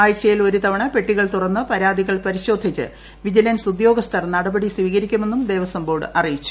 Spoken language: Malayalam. ആഴ്ചയിൽ ഒരുതവണ പെട്ടികൾ തുറന്ന് പരാതികൾ പരിശോധിച്ച് വിജിലൻസ് ഉദ്യോഗസ്ഥർ നടപടി സ്വീകരിക്കുമെന്നും ദേവസ്വം ബോർഡ് അറിയിച്ചു